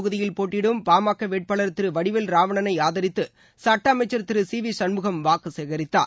தொகுதியில் போட்டயிடும் பாமக விழுப்புரம் வேட்பாளர் திரு வடிவேல் ராவணளை ஆதரித்து சட்ட அமைச்சர் திரு சி வி சண்முகம் வாக்கு சேகரித்தார்